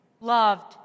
loved